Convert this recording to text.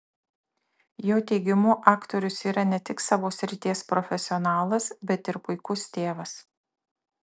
jo teigimu aktorius yra ne tik savo srities profesionalas bet ir puikus tėvas